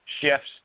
shifts